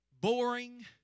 boring